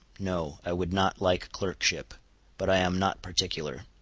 no, i would not like a clerkship but i am not particular.